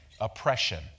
oppression